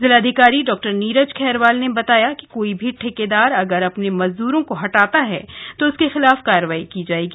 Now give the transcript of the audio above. जिलाधिकारी डॉ नीरज खैरवाल ने बताया कि कोई भी ठेकेदार अगर अपने मजदूरों को हटाता है तो उसके खिलाफ कार्रवाई की जाएगी